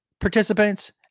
participants